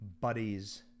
buddies